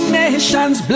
nations